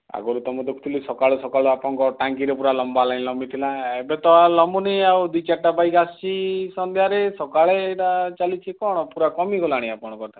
ଆଗରୁ ତ ମୁଁ ଦେଖୁଥିଲି ସକାଳୁ ସକାଳୁ ଆପଣଙ୍କର ଟ୍ୟାଙ୍କିରେ ପୁରା ଲମ୍ୱା ଲାଇନ୍ ଲମ୍ୱିଥିଲା ଏବେ ତ ଲମ୍ୱୁନି ଆଉ ଦୁଇ ଚାରିଟା ବାଇକ୍ ଆସୁଛି ସନ୍ଧ୍ୟାରେ ସକାଳେ ଏଇଟା ଚାଲିଛି କ'ଣ ପୁରା କମିଗଲାଣି ଆପଣଙ୍କଟା